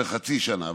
בחצי שנה.